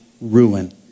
ruin